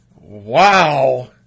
wow